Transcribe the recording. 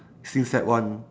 since sec one